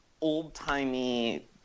old-timey